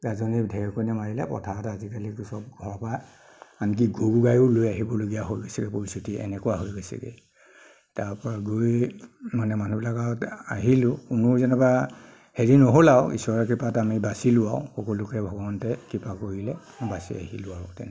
গাজনি ঢেৰিকনি মাৰিলে পথাৰত আজিকালি চব ঘৰৰ পৰা আনকি গৰু গাড়ীও লৈ আহিবলগীয়া হৈছে পৰিস্থিতি এনেকুৱা হৈ গৈছেগৈ তাৰপৰা গৈ মানে মানুহবিলাক আৰু আহিলোঁ কোনো যেনেবা হেৰি নহ'ল আৰু ইশ্বৰৰ কৃপাত আমি বাচিলো আৰু সকলোকে ভগৱন্তে কৃপা কৰিলে বাচি আহিলোঁ আৰু তেনেকৈ